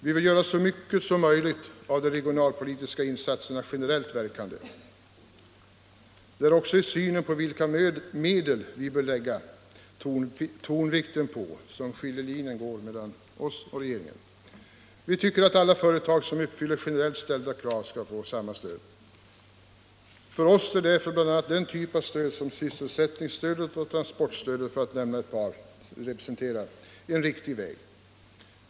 Vi vill göra så många som möjligt av de regionalpolitiska insatserna generellt verkande. Det är också i synsättet på vilka medel vi bör lägga tonvikten på som skiljelinjen går mellan oss och regeringen. Vi tycker att alla företag som uppfyller generellt ställda krav skall få samma stöd. För oss är därför bl.a. den typ av stöd — för att nämna ett par — som sysselsättningsstödet och transportstödet representerar en riktig väg.